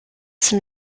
sind